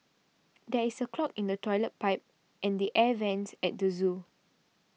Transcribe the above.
there is a clog in the Toilet Pipe and the Air Vents at the zoo